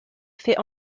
fait